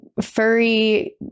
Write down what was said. furry